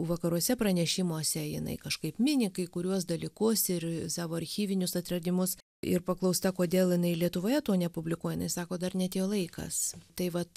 vakaruose pranešimuose jinai kažkaip mini kai kuriuos dalykus ir savo archyvinius atradimus ir paklausta kodėl jinai lietuvoje to nepublikuoja jinai sako dar neatėjo laikas tai vat